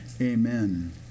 Amen